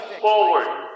forward